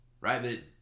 right